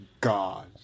God